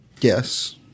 Yes